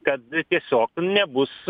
kad tiesiog nebus